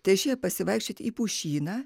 tai išėję pasivaikščiot į pušyną